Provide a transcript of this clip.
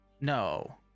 No